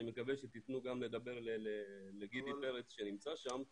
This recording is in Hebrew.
אני מקווה שתיתנו גם לגידי פרץ שנמצא שם לדבר,